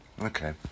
Okay